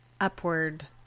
upward